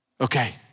okay